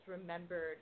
remembered